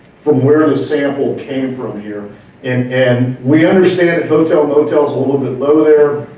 from where his sample came from here and and we understand hotels, motels a little bit low there.